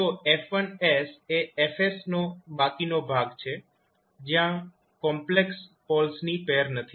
તો 𝐹1𝑠 એ 𝐹𝑠 નો બાકીનો ભાગ છે જયાં કોમ્પ્લેક્સ પોલ્સની પૈર નથી